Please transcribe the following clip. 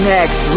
Next